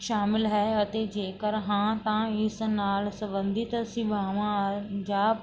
ਸ਼ਾਮਿਲ ਹੈ ਅਤੇ ਜੇਕਰ ਹਾਂ ਤਾਂ ਇਸ ਨਾਲ ਸੰਬੰਧਿਤ ਸੇਵਾਵਾਂ ਜਾਂ